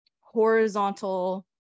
horizontal